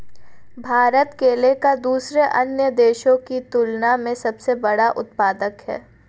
भारत केले का दूसरे अन्य देशों की तुलना में सबसे बड़ा उत्पादक है